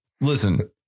listen